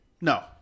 No